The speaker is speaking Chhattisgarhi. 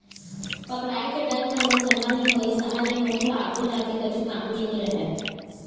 पकड़ाय के डर म नोट जमा नइ होइस, तहाँ ले नोट ह आघु जाके कछु काम के नइ रहय